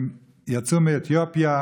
הם יצאו מאתיופיה